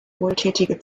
wohltätige